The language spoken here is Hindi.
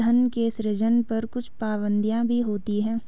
धन के सृजन पर कुछ पाबंदियाँ भी होती हैं